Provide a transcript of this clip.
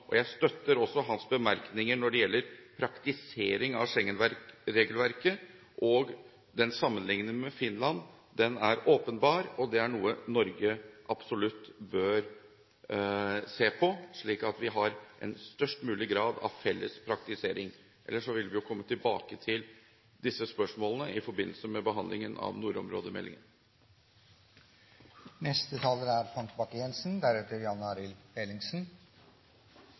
Jeg støtter også hans bemerkninger når det gjelder praktiseringen av Schengen-regelverket, og sammenligningen med Finland er åpenbar. Det er noe Norge absolutt bør se på, slik at vi har en størst mulig grad av felles praktisering. Ellers vil vi komme tilbake til disse spørsmålene i forbindelse med behandlingen av nordområdemeldingen. Jeg takker også interpellanten for en viktig interpellasjon om et viktig tema. Det er